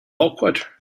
awkward